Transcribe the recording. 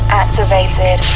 activated